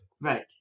Right